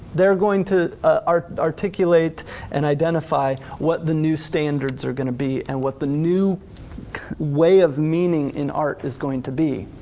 they are going to ah articulate and identify what the new standards are gonna be and what the new way of meaning in art is going to be.